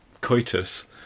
coitus